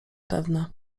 pewne